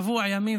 שבוע ימים,